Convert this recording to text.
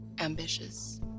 ambitious